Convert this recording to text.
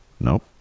Nope